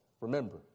Remember